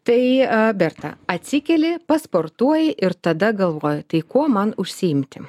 tai berta atsikeli pasportuoji ir tada galvoji tai kuo man užsiimti